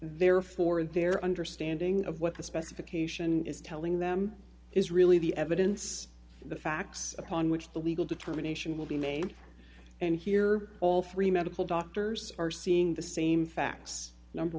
therefore their understanding of what the specification is telling them is really the evidence the facts upon which the legal determination will be made and here all three medical doctors are seeing the same facts number